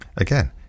again